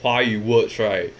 华语 words right